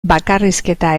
bakarrizketa